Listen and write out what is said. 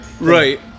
Right